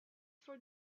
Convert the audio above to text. for